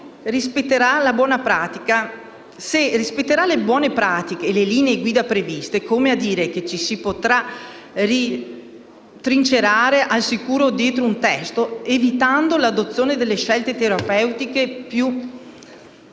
se rispetterà le buone pratiche e le linee guida previste, come a dire che ci si potrà trincerare al sicuro dietro un testo, evitando l'adozione delle scelte terapeutiche più